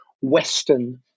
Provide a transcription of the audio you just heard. Western